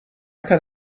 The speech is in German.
kann